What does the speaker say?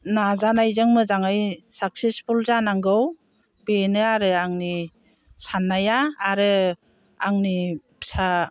नाजानायजों मोजाङै साक्सेसफुल जानांगौ बेनो आरो आंनि साननाया आरो आंनि फिसाफ्रा